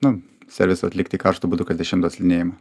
nu servisą atlikti karštu būdu kas dešimtą slinėjimą